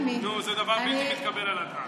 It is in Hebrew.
זה דבר בלתי מתקבל על הדעת.